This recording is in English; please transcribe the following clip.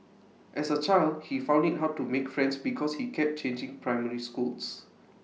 as A child he found IT hard to make friends because he kept changing primary schools